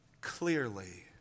clearly